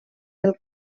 del